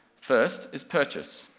first, is purchase,